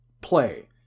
play